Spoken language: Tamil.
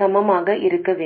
சமமாக இருக்க வேண்டும்